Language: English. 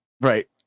Right